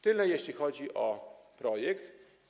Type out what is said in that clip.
Tyle, jeśli chodzi o projekt.